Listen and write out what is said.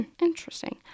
Interesting